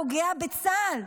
פוגע בצה"ל.